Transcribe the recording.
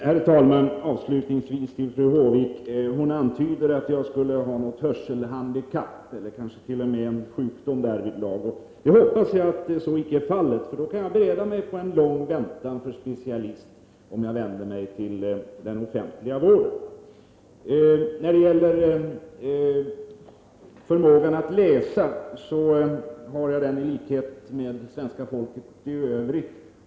Herr talman! Avslutningsvis vänder jag mig till fru Håvik. Hon antyder att jag skulle ha ett hörselhandikapp. Kanske skulle jag t.o.m. lida av en sjukdom som påverkar min hörsel. Jag hoppas att så icke är fallet, för då får jag bereda mig på en lång väntan på en specialist — om jag nu skulle vända mig till den offentliga vården. När det gäller att läsa innantill så har väl jag samma förmåga som svenska folket i övrigt.